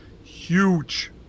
huge